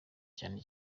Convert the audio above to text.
cyane